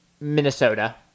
Minnesota